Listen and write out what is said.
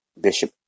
Bishop